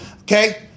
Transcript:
Okay